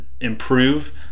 improve